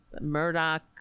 Murdoch